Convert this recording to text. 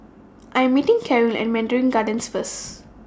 I'm meeting Carolyn At Mandarin Gardens First